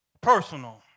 personal